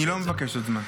אני לא מבקש עוד זמן.